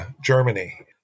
Germany